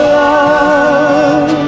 love